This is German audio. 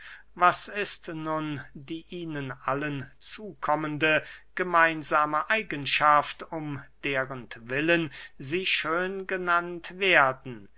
was ist nun die ihnen allen zukommende gemeinsame eigenschaft um derentwillen sie schön genannt werden